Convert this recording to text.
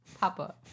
Papa